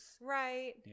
Right